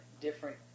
different